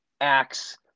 acts